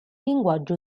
linguaggio